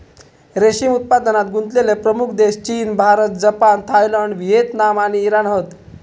रेशीम उत्पादनात गुंतलेले प्रमुख देश चीन, भारत, जपान, थायलंड, व्हिएतनाम आणि इराण हत